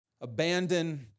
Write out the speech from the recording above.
Abandon